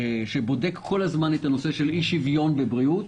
שבודק כל הזמן את נושא האי-שוויון בבריאות.